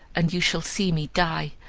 and you shall see me die,